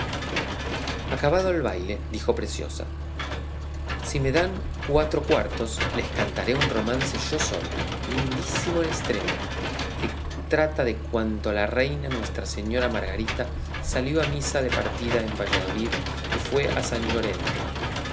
acabado el baile dijo preciosa si me dan cuatro cuartos les cantaré un romance yo sola lindísimo en estremo que trata de cuando la reina nuestra señora margarita salió a misa de parida en valladolid y fue a san llorente